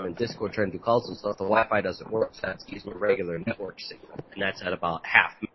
um and discord trying to call since the wi-fi doesn't work excuse me regular network see and that's at about half